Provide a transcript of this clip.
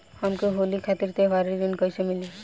हमके होली खातिर त्योहारी ऋण कइसे मीली?